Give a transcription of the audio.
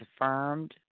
affirmed